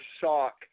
shock